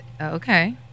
Okay